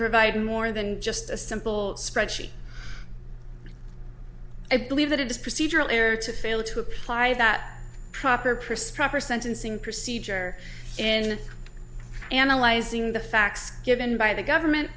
provide more than just a simple spreadsheet i believe that it is procedural error to fail to apply that proper prescriber sentencing procedure in analyzing the facts given by the government